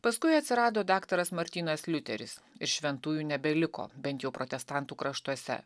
paskui atsirado daktaras martynas liuteris ir šventųjų nebeliko bent jau protestantų kraštuose